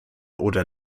oder